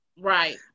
Right